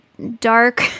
dark